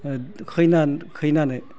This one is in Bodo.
खैनानो